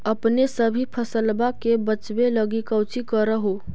अपने सभी फसलबा के बच्बे लगी कौची कर हो?